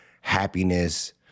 happiness